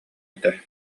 этэ